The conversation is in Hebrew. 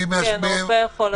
כן, הרופא יכול לצאת.